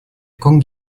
con